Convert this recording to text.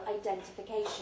identification